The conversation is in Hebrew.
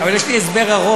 אבל יש לי הסבר ארוך.